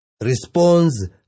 Responds